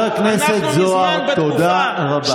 חבר הכנסת זוהר, תודה רבה.